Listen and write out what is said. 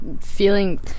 feeling